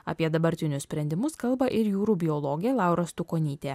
apie dabartinius sprendimus kalba ir jūrų biologė laura stukonytė